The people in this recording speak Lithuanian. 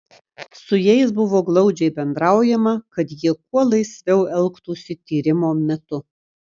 su jais buvo glaudžiai bendraujama kad jie kuo laisviau elgtųsi tyrimo metu